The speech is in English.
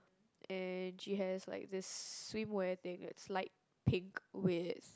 and she has like the swimwear that looked like pink with